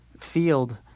field